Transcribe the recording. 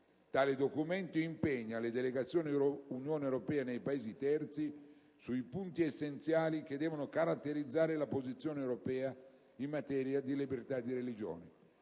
Tale documento impegna le delegazioni dell'Unione europea nei Paesi terzi sui punti essenziali che devono caratterizzare la posizione europea in materia di libertà di religione.